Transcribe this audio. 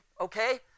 okay